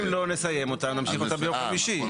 אם לא נסיים אותה, נמשיך אותה ביום חמישי.